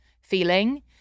feeling